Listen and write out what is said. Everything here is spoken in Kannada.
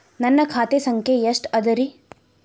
ನನ್ನ ಖಾತೆ ಸಂಖ್ಯೆ ಎಷ್ಟ ಅದರಿ?